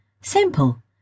simple